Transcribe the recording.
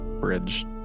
bridge